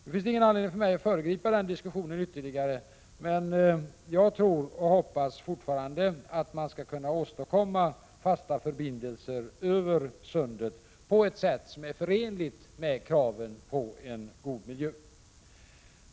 Det finns ingen anledning för mig att föregripa den diskussionen ytterligare, men jag tror och hoppas fortfarande att man skall kunna åstadkomma fasta förbindelser över sundet på ett sätt som är förenligt med kravet på en god miljö.